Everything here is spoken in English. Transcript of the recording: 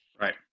Right